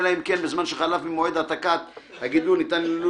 אלא אם כן בזמן שחלף ממועד העתקת הגידול ניתן ללול